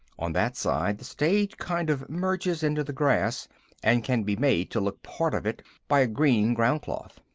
on that side the stage kind of merges into the grass and can be made to look part of it by a green groundcloth.